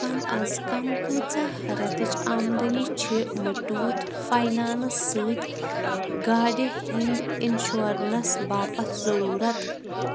کَم اَز کَم کۭژاہ رٮ۪تٕچ آمدٔنی چھِ مٔٹُھوٗتھ فاینانٕس سۭتۍ گاڑِ ہِنٛدۍ اِنشورنَس باپتھ ضٔروٗرتھ